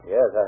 Yes